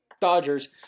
Dodgers